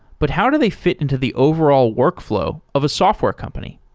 but how do they fit into the overall workflow of a software company?